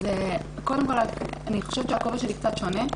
אני חושבת שהקול שלי קצת שונה.